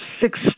six